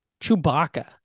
Chewbacca